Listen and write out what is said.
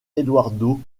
eduardo